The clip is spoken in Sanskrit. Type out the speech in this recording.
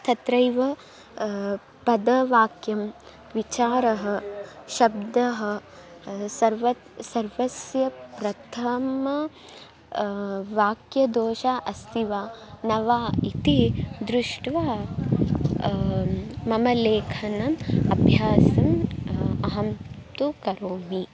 तत्रैव पदवाक्यविचारः शब्दः सर्व सर्वस्य प्रथमं वाक्यदोषः अस्ति वा न वा इति दृष्ट्वा मम लेखनम् अभ्यासं अहं तु करोमि